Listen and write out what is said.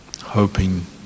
hoping